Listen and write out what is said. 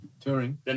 touring